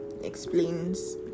explains